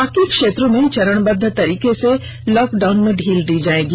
बाकी क्षेत्रों में चरणबद्द तरीके से लॉक डाउन में ढील दी जाएगी